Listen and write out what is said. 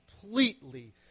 completely